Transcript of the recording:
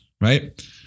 right